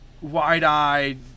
wide-eyed